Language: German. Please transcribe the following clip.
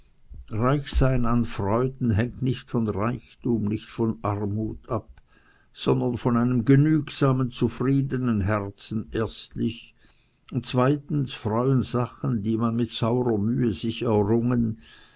reich zu sein an freuden hängt nicht von reichtum nicht von armut ab sondern von einem genügsamen zufriedenen herzen erstlich und zweitens freuen sachen die man mit saurer mühe sich errungen